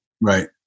Right